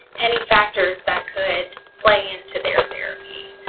any factors that could play into their therapy.